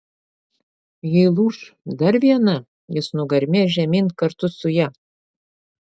jei lūš dar viena jis nugarmės žemyn kartu su ja